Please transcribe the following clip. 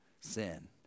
sin